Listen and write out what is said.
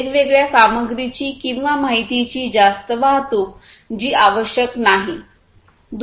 वेगवेगळ्या सामग्रीची किंवा माहितीची जास्त वाहतूक जी आवश्यक नाही